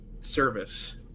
service